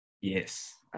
Yes